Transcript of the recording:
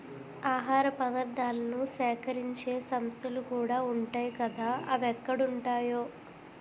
ఆహార పదార్థాలను సేకరించే సంస్థలుకూడా ఉంటాయ్ కదా అవెక్కడుంటాయో